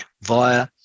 via